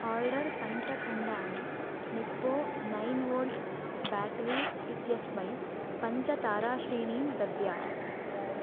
order पञ्चखण्डानि Nippo nine volt battery इत्यस्मै पञ्चताराश्रेणीं दद्यात्